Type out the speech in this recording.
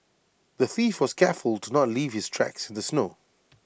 the thief was careful to not leave his tracks in the snow